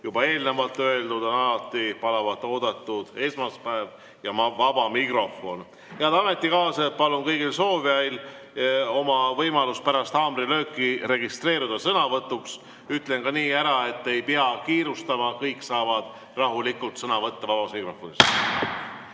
juba eelnevalt öeldud, on alati palavalt oodatud esmaspäevane vaba mikrofon. Head ametikaaslased, palun! Kõigil soovijail on võimalus pärast haamrilööki registreeruda sõnavõtuks. Ütlen ka ära, et ei pea kiirustama, kõik saavad vabas mikrofonis